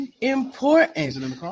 important